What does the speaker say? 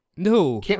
No